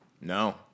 No